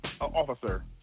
officer